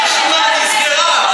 הרשימה כבר נסגרה.